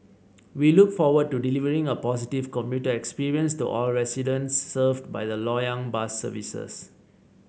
we look forward to delivering a positive commuter experience to all residents served by the Loyang bus services